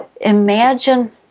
imagine